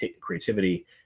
creativity